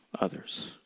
others